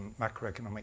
macroeconomic